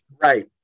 right